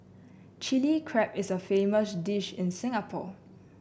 Chilli Crab is a famous dish in Singapore